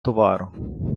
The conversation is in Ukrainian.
товару